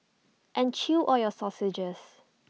and chew all your sausages